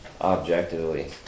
objectively